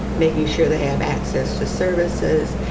making sure they have access to services,